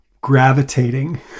gravitating